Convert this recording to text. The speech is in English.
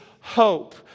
hope